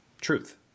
truth